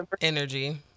energy